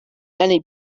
many